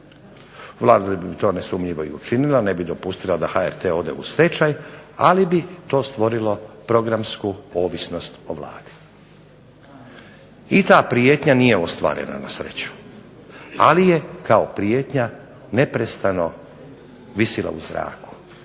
Vlada bi to nesumnjivo i učinila, ne bi dopustila da HRT ode u stečaj, ali bi to stvorilo programsku ovisnost o Vladi. I ta prijetnja nije ostvarena na sreću, ali je kao prijetnja neprestano visila u zraku.